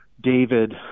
David